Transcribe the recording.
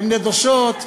הן נדושות,